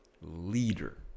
leader